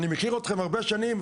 אני מכיר אתכם הרבה שנים,